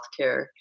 healthcare